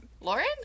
lauren